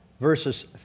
verses